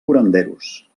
curanderos